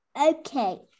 Okay